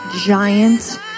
giant